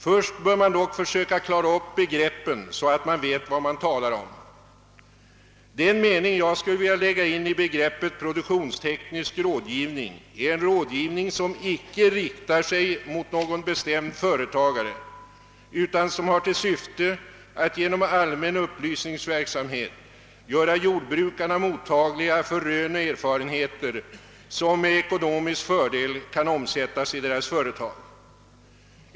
Först bör man dock försöka klara upp begreppen så att man vet vad man talar om. Den mening jag skulle vilja lägga in i begreppet produktionsteknisk rådgivning är att det här gäller en rådgivning, som icke riktar sig mot någon bestämd företagare utan som har till syfte att genom allmän upplysningsverksamhet göra jordbrukarna mottagliga för rön och erfarenheter, som med ekonomisk fördel kan omsättas i deras företag.